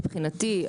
מבחינתי.